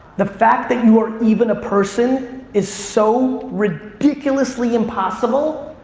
the fact that you are even a person is so ridiculously impossible,